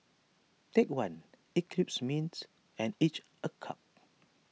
Take one Eclipse Mints and Each a cup